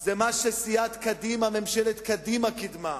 זה מה שסיעת קדימה, ממשלת קדימה, קידמה,